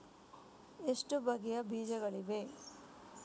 ಎಷ್ಟು ಬಗೆಯ ಬೀಜಗಳಿವೆ?